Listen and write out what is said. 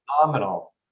phenomenal